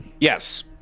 yes